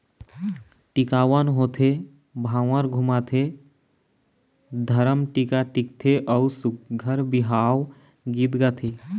टिकावन होथे, भांवर घुमाथे, धरम टीका टिकथे अउ सुग्घर बिहाव गीत गाथे